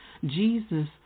Jesus